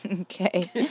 okay